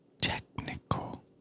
Technical